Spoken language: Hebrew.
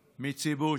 מיצובישי.